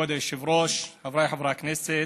כבוד היושב-ראש, חבריי חברי הכנסת,